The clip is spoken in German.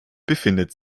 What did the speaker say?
befindet